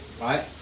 right